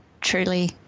truly